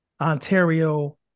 Ontario